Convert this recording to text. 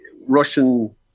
Russian